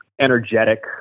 energetic